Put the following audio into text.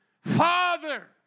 Father